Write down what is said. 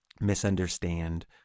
misunderstand